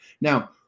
Now